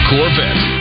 Corvette